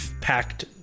packed